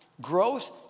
Growth